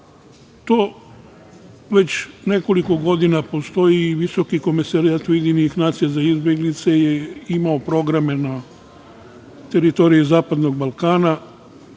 već nekoliko godina postoji i Visoki komesarijat UN za izbeglice je imao programe na teritoriji zapadnog Balkana,